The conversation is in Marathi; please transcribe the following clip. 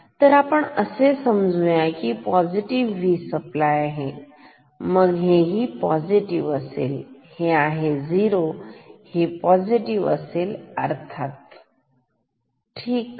तर असे समजू या की हे पॉझिटिव V सप्लाय आहे मग हे ही पॉझिटिव असेलहे आहे 0हे पॉझिटिव्ह असेल अर्थातच ठीक आहे